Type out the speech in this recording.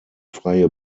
freie